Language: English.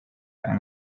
and